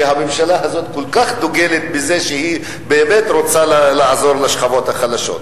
שהממשלה הזאת כל כך דוגלת בזה שהיא באמת רוצה לעזור לשכבות החלשות.